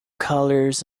colors